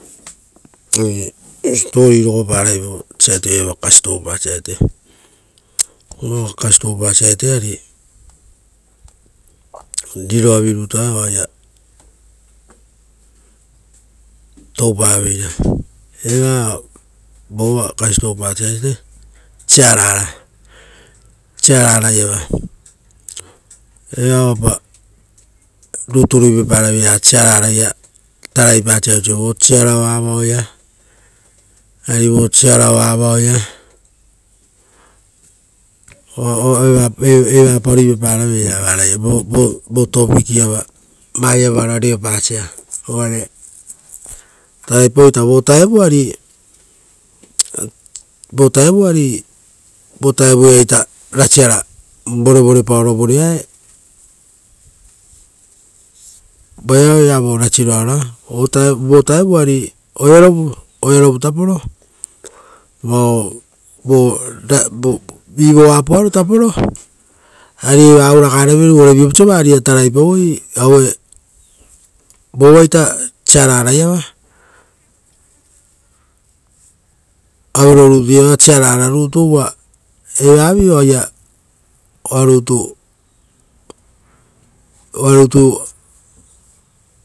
Oire siposipo rogo pavoi vova kastovupa varata. Vova kastovupa varata ari riroavi rutua eva oaia toupaveira. Eva vova kastovupa varata, siaraiava. Eva oapa rutu ruipaparaveira taraipasa oisio vo siara oa vaoia, ari vo siara oa vaoia. Evapa ruipaparaveira ra vaiava ora reopasa. Uvare taraipau ita vo vutao ari vovutaoiaita rasiara vorevorepaoro vorea voeao oea vo rasiroaroa ora vo vutao ari oearovu taporo ari eva ouragarevere uvare osia vari-ia tarai pauei voyaita siarara iava, auero rutu siara raiava. Uva eva vi oa rutupa ruipaparaveira.